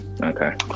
Okay